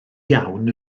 iawn